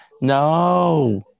No